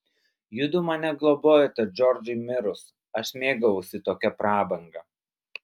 judu mane globojote džordžui mirus aš mėgavausi tokia prabanga